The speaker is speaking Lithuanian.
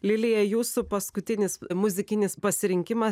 lilija jūsų paskutinis muzikinis pasirinkimas